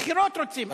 בחירות רוצים,